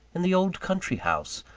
in the old country-house,